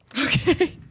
Okay